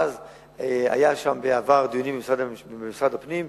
היו בעבר דיונים במשרד הפנים,